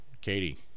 Katie